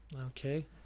Okay